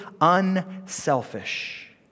unselfish